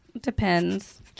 Depends